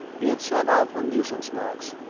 it's an awful nuisance, knox,